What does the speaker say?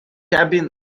cabin